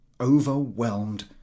overwhelmed